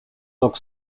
look